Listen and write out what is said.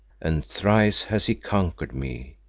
and thrice has he conquered me.